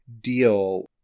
deal